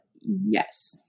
yes